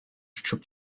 щоб